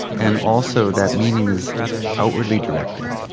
and also that meaning is outwardly directed.